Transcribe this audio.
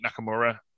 Nakamura